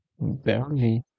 barely